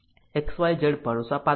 XYZ ભરોસાપાત્ર છે